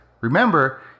Remember